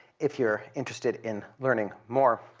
if you're interested in learning more.